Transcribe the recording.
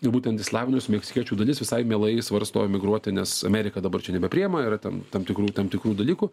ir būtent į slavinius meksikiečių dalis visai mielai svarsto emigruoti nes amerika dabar čia nebepriima yra tam tam tikrų tam tikrų dalykų